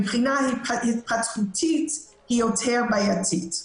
מבחינה התפתחותית היא יותר בעייתית.